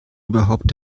überhaupt